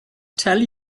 tell